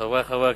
חברי חברי הכנסת,